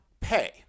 pay